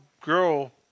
girl